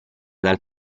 dal